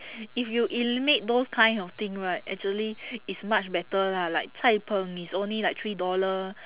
if you eliminate those kind of thing right actually it's much better lah like cai-png is only like three dollar